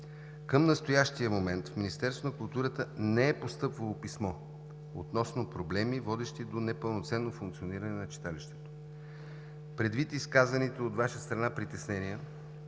на културата не е постъпвало писмо относно проблеми, водещи до непълноценно функциониране на читалището. Предвид изказаните от Ваша страна притеснения